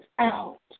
out